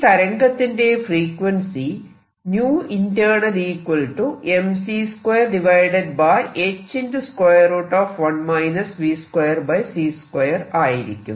ഈ തരംഗത്തിന്റെ frequency internal mc2h1 v2c2 ആയിരിക്കും